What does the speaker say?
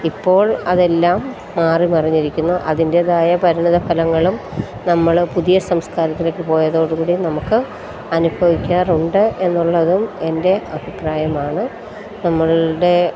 ഇപ്പോൾ അതെല്ലാം മാറിമറിഞ്ഞിരിക്കുന്നു അതിൻ്റേതായ പരിണിതഫലങ്ങളും നമ്മൾ പുതിയ സംസ്കാരത്തിലേക്ക് പോയതോടുകൂടി നമുക്ക് അനുഭവിക്കാറുണ്ട് എന്നുള്ളതും എൻ്റെ അഭിപ്രായമാണ് നമ്മളുടെ